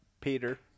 Peter